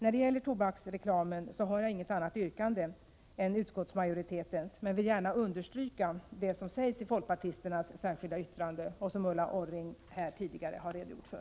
När det gäller tobaksreklamen har jag inget annat yrkande än utskottsmajoritetens men vill gärna understryka det som sägs i folkpartisternas särskilda yttrande och som Ulla Orring tidigare redogjort för.